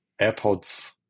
AirPods